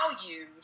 values